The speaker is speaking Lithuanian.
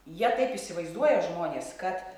jie taip įsivaizduoja žmonės kad